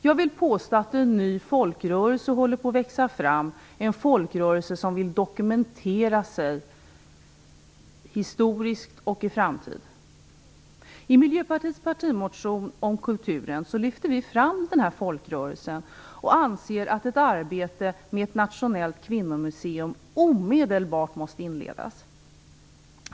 Jag vill påstå att en ny folkrörelse håller på att växa fram, en folkrörelse som vill dokumentera sig historiskt och i framtiden. I Miljöpartiets partimotion om kulturen lyfter vi fram den här folkrörelsen. Vi anser att ett arbete med ett nationellt kvinnomuseum omedelbart måste inledas.